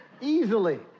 Easily